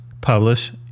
publish